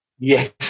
Yes